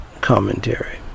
commentary